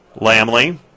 Lamley